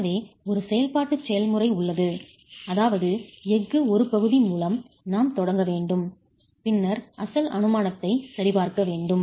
எனவே ஒரு செயல்பாட்டு செயல்முறை உள்ளது அதாவது எஃகு ஒரு பகுதி மூலம் நாம் தொடங்க வேண்டும் பின்னர் அசல் அனுமானத்தை சரிபார்க்க வேண்டும்